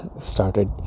started